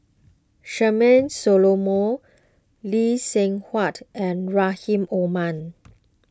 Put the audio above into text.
Charmaine Solomon Lee Seng Huat and Rahim Omar